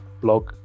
blog